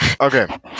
Okay